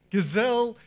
Gazelle